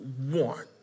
one